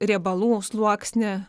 riebalų sluoksnį